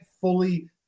fully